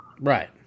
right